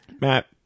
Matt